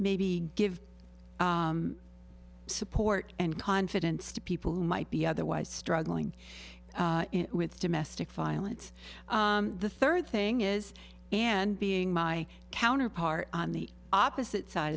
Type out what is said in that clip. maybe give support and confidence to people who might be otherwise struggling with domestic violence the third thing is and being my counterpart on the opposite side